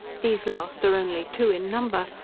these last are only two in number,